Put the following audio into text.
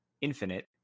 Infinite